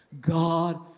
God